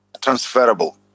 transferable